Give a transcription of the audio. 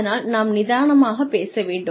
அதனால் நாம் நிதானமாக பேச வேண்டும்